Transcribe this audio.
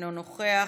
אינו נוכח,